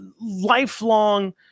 lifelong